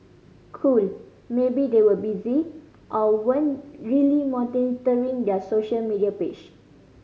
cool maybe they were busy or weren't really monitoring their social media page